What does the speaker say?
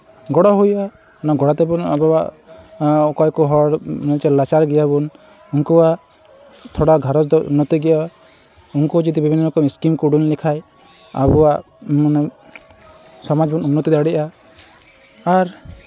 ᱜᱚᱲᱚ ᱦᱩᱭᱩᱜᱼᱟ ᱚᱱᱟ ᱜᱚᱲᱚ ᱛᱮᱵᱚᱱ ᱟᱵᱳᱣᱟᱜ ᱚᱠᱚᱭ ᱠᱚ ᱦᱚᱲ ᱱᱟᱪᱟᱨ ᱜᱮᱭᱟᱵᱚᱱ ᱩᱱᱠᱩᱣᱟᱜ ᱛᱷᱚᱲᱟ ᱜᱷᱟᱨᱚᱸᱡᱽ ᱫᱚ ᱩᱱᱱᱚᱛᱤ ᱜᱮᱭᱟ ᱩᱱᱠᱩ ᱡᱩᱫᱤ ᱵᱤᱵᱷᱤᱱᱱᱚ ᱨᱚᱠᱚᱢ ᱥᱠᱤᱢ ᱠᱚ ᱩᱰᱩᱠ ᱞᱮᱠᱷᱟᱱ ᱟᱵᱳᱣᱟᱜ ᱢᱟᱱᱮ ᱥᱚᱢᱟᱡᱽ ᱵᱚᱱ ᱩᱱᱱᱚᱛᱤ ᱫᱟᱲᱮᱭᱟᱜᱼᱟ ᱟᱨ